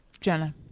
Jenna